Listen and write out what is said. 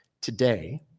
Today